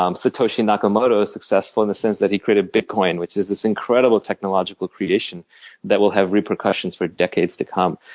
um satoshi nakamoto is successful in the sense that he created bitcoin, which is this incredible technological creation that will have repercussions for decades to come.